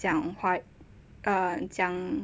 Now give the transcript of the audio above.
讲华 uh 讲